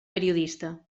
periodista